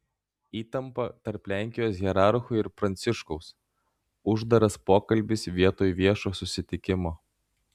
įtampa tarp lenkijos hierarchų ir pranciškaus uždaras pokalbis vietoj viešo susitikimo